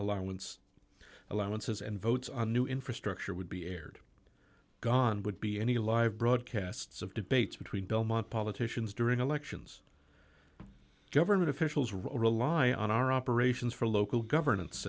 allowance allowances and votes on new infrastructure would be aired gone would be any live broadcasts of debates between belmont politicians during elections government officials rely on our operations for local governance